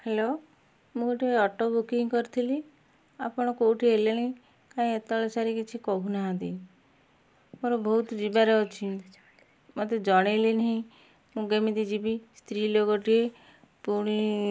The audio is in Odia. ହ୍ୟାଲୋ ମୁଁ ଗୋଟେ ଅଟୋ ବୁକିଂ କରିଥିଲି ଆପଣ କେଉଁଠି ହେଲେଣି କାଇଁ ଏତେବେଳ ସାରି କିଛି କହୁ ନାହାଁନ୍ତି ମୋର ବହୁତ ଯିବାର ଅଛି ମୋତେ ଜଣେଇଲେନି ମୁଁ କେମିତି ଯିବି ସ୍ତ୍ରୀ ଲୋକଟିଏ ପୁଣି